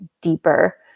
deeper